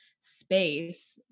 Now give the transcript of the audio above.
space